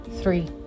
Three